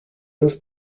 los